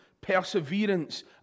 perseverance